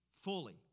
fully